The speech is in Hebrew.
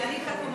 כי אני חתומה,